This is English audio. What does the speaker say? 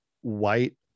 white